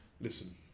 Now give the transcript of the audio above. listen